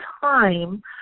time